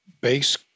base